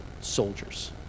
soldiers